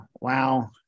Wow